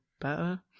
better